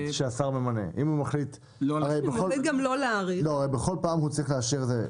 כל ארבע שנים הוא צריך לאשר.